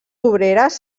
obreres